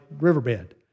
riverbed